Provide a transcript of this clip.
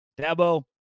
Dabo